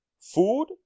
Food